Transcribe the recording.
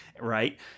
right